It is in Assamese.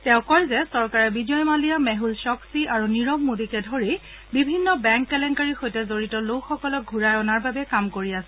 তেওঁ কয় যে চৰকাৰে বিজয় মালিয়া মেহুল চ'প্পী আৰু নীৰৱ মোডীকে ধৰি বিভিন্ন বেংক কেলেংকাৰীৰ সৈতে জড়িত লোকসকলক ঘূৰাই অনাৰ বাবে কাম কৰি আছে